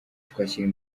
twashyira